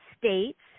states